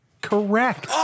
correct